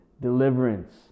deliverance